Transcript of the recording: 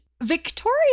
Victoria